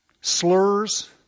Slurs